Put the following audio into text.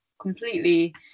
completely